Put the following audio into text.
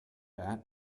fat